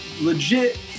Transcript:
legit